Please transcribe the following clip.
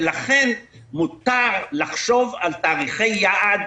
ולכן מותר לחשוב על תאריכי יעד,